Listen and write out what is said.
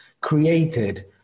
created